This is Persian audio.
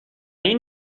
این